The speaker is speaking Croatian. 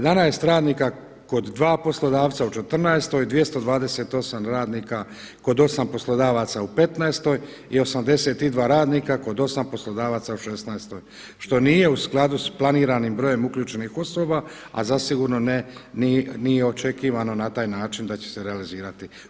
11 radnika kod dva poslodavca u '14.-toj, 228 radnika kod 8 poslodavaca u '15-toj i 82 radnika kod 8 poslodavaca u '16.-toj što nije u skladu sa planiranim brojem uključenih osoba a zasigurno ne ni očekivano na taj način da će se realizirati.